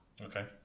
Okay